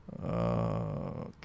Okay